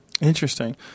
Interesting